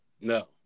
No